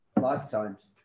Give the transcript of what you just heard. lifetimes